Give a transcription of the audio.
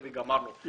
וגמרנו,